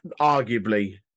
arguably